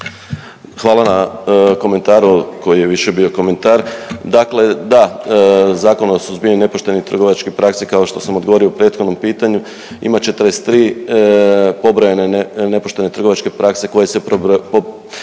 Hvala na komentaru koji je više bio komentar. Dakle, da, Zakon o suzbijanju nepoštenih trgovačkih praksi, kao što sam odgovorio u prethodnom pitanju ima 43 pobrojene nepoštene trgovačke prakse koje se